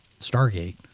Stargate